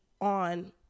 on